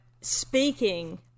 speaking